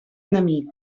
enemic